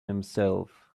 himself